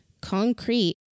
concrete